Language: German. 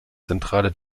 zentrale